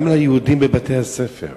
גם ליהודים, בבתי-הספר,